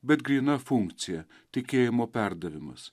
bet gryna funkcija tikėjimo perdavimas